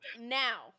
Now